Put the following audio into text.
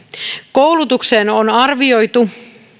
koulutukseen on arvioitu